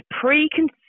preconceived